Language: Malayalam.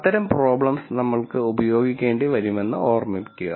അത്തരം പ്രോബ്ലെംസ് നമ്മൾക്ക് ഉപയോഗിക്കേണ്ടി വരുമെന്ന് ഓർമ്മിക്കുക